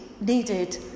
needed